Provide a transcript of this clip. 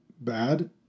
bad